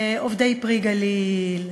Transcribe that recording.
עובדי "פרי הגליל",